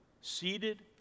seated